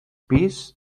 pis